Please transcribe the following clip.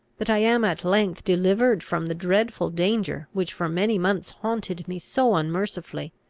that i am at length delivered from the dreadful danger which for many months haunted me so unmercifully.